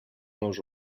nos